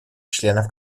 членов